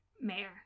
mayor